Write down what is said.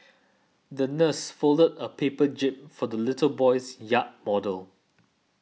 the nurse folded a paper jib for the little boy's yacht model